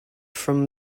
from